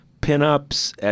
pin-ups